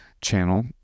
channel